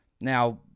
Now